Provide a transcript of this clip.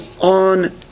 on